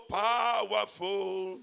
powerful